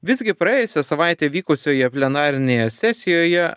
visgi praėjusią savaitę vykusioje plenarinėje sesijoje